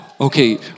okay